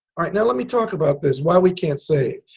alright now let me talk about this. why we can't save.